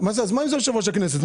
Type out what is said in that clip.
אז מה אם זה יושב-ראש הכנסת?